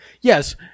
Yes